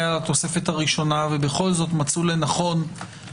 תוסיפו בבקשה 3(ב)(5) -- באיזו דרך נוודא את זה?